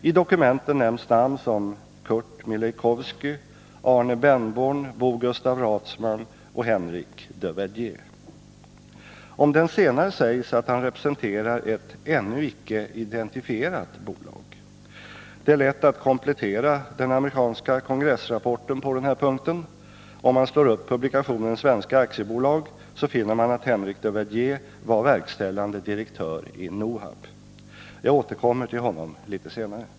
I dokumenten nämns namn som Curt Mileikowsky, Arne Bennborn, Bo Gustaf Rathsman och Henrik de Verdier. Om den sistnämnde sägs att han representerar ett ”ännu icke identifierat bolag”. Det är lätt att komplettera den amerikanska kongressrapporten på den här punkten. Om man slår upp publikationen Svenska Aktiebolag finner man att Henrik de Verdier var verkställande direktör i NOHAB. Jag återkommer till honom litet senare.